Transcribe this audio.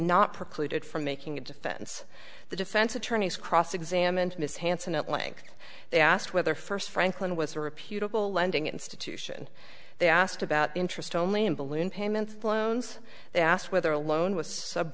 not precluded from making a defense the defense attorneys cross examined ms hanson at length they asked whether first franklin was a repeatable lending institution they asked about interest only in balloon payments loans they asked whether a loan was sub